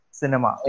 cinema